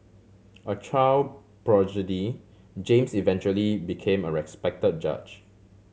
a child James eventually became a respect judge